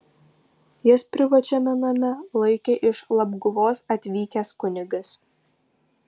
jas privačiame name laikė iš labguvos atvykęs kunigas